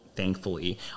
thankfully